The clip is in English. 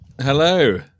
Hello